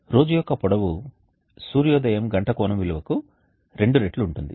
రోజు యొక్క పొడవు సూర్యోదయం గంట కోణం విలువకు రెండు రెట్లు ఉంటుంది